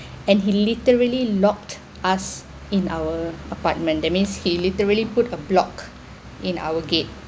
and he literally locked us in our apartment that means he literally put a block in our gate